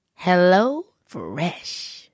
HelloFresh